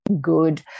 good